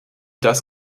das